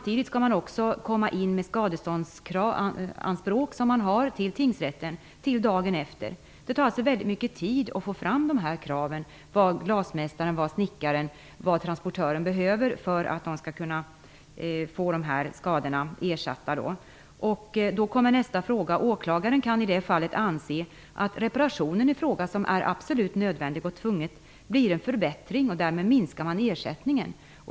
Till dagen efter skall man också till tingsrätten komma in med de skadeanspråk som man har. Det tar mycken tid att få fram uppgifter om de krav som glasmästaren, snickaren och transportören kommer att ställa, uppgifter som behövs för att man skall kunna få skadorna ersatta. Då kommer vi till nästa fråga. Åklagaren kan komma att anse att reparationen i fråga, som är absolut nödvändig och tvungen, är en förbättring, och därmed minskas ersättningen.